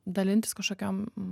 dalintis kažkokiom